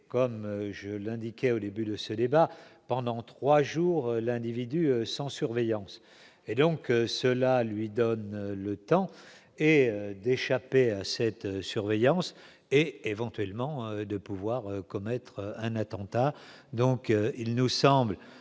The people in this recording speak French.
comme je l'indiquais au début de ce débat pendant 3 jours, l'individu sans surveillance, et donc cela lui donne le temps et d'échapper à cette surveillance et éventuellement de pouvoir commettre un attentat, donc il nous semble